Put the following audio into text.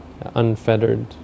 unfettered